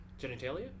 genitalia